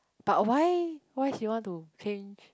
but why why he want to change